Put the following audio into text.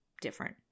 different